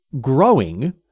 growing